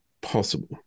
possible